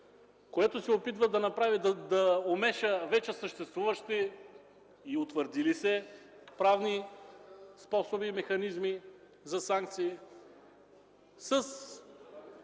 което се опитва да омеша вече съществуващи и утвърдили се правни способи и механизми за санкции с